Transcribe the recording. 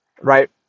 right